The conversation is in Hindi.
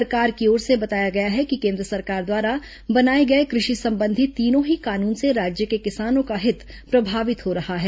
सरकार की ओर से बताया गया है कि केन्द्र सरकार द्वारा बनाए गए कृषि संबंधी तीनों ही कानून से राज्य के किसानों का हित प्रभावित हो रहा है